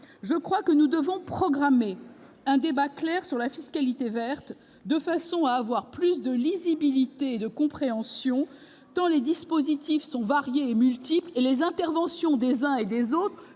circulaire. Nous devrions programmer un débat spécifique sur la fiscalité verte pour avoir davantage de lisibilité et de compréhension, tant les dispositifs sont variés et multiples et les interventions des uns et des autres